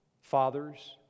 fathers